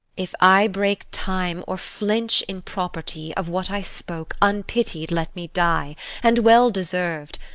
if i break time, or flinch in property of what i spoke, unpitied let me die and well deserv'd.